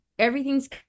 everything's